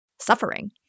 suffering